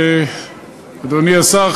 אדוני השר,